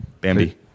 Bambi